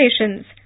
relations